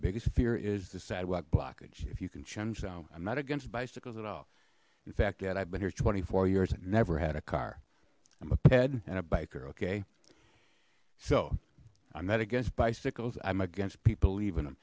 biggest fear is the sidewalk blockage if you can chum so i'm not against bicycles at all in fact yet i've been here twenty four years and never had a car i'm a ped and a biker okay so i'm not against bicycles i'm against people